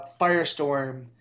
Firestorm